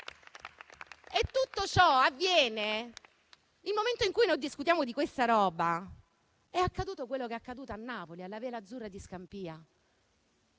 Nel momento in cui noi discutiamo di questa roba è accaduto quello che è accaduto a Napoli, alla Vela Azzurra di Scampia.